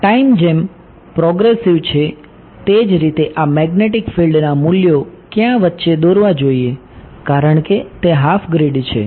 આ ટાઈમ જેમ પ્રોગ્રેસિવ છે